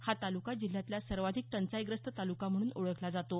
हा तालुका जिल्ह्यातला सर्वाधिक टंचाई ग्रस्त तालुका म्हणून ओळखला जातो